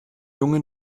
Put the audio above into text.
jungen